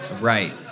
Right